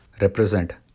represent